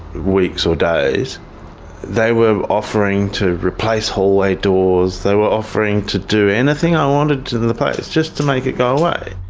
weeks or days they were offering to replace hallway doors, they were offering to do anything i wanted to the the place, just to make it go away.